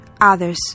Others